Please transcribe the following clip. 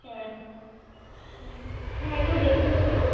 হ্যাঁ হুম হ্যাঁ একটু দেখুন মানে